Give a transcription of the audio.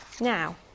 Now